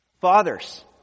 Fathers